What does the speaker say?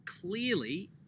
Clearly